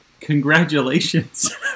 congratulations